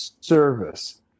service